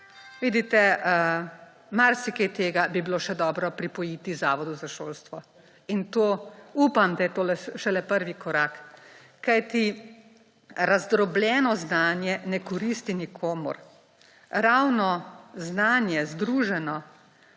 Vidite, marsikaj tega bi bilo še dobro pripojiti Zavodu za šolstvo, in to upam, da je to šele prvi korak, kajti razdrobljeno znanje ne koristi nikomur. Ravno znanje, združeno